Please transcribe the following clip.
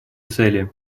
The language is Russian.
цели